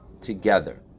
together